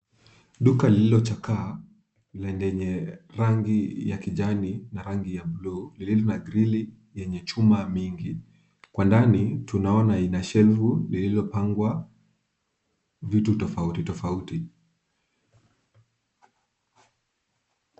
Duka lililochakaa na lenye rangi ya kijani na rangi ya blue lililo na grili yenye chuma mingi. Kwa ndani tunaona ina shelvu lililopangwa vitu tofauti tofauti.